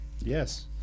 yes